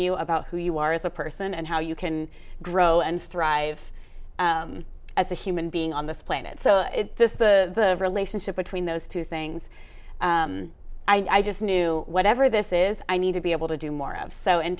you about who you are as a person and how you can grow and thrive as a human being on this planet so just the relationship between those two things i i just knew whatever this is i need to be able to do more of so in